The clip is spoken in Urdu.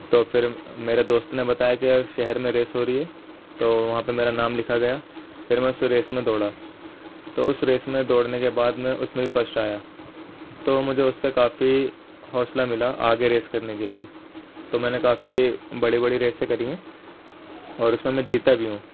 تو پھر میرے دوست نے بتایا کہ شہر میں ریس ہو رہی ہے تو وہاں پہ میرا نام لکھا گیا پھر میں اس ریس میں دوڑا تو اس ریس میں دوڑنے کے بعد میں اس میں بھی فسٹ آیا تو مجھے اس سے کافی حوصلہ ملا آگے ریس کرنے کے لیے تو میں نے کافی بڑی بڑی ریسیں کری ہیں اور اس میں میں جیتا بھی ہوں